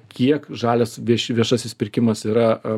kiek žalias vieš viešasis pirkimas yra